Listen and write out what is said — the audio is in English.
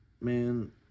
man